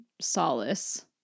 solace